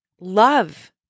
Love